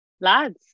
Lads